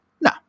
No